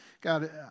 God